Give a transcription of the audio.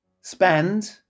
spend